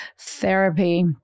therapy